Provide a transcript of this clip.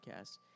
Podcast